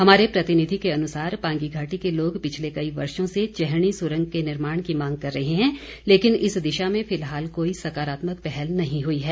हमारे प्रतिनिधि के अनुसार पांगी घाटी के लोग पिछले कई वर्षो से चैहणी सुरंग के निर्माण की मांग कर रहे हैं लेकिन इस दिशा में फिलहाल कोई सकारात्मक पहल नहीं हुई है